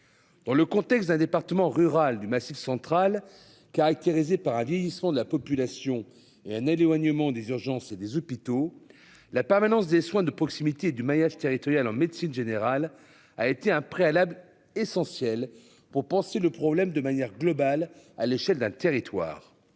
Dans le contexte d'un département rural du Massif central, caractérisée par un vieillissement de la population et un éloignement des urgences et des hôpitaux. La permanence des soins de proximité du maillage territorial en médecine générale a été un préalable essentiel pour penser le problème de manière globale à l'échelle d'un territoire.